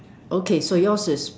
okay so yours is